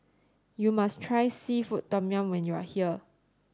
you must try seafood Tom Yum when you are here